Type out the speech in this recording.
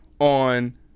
on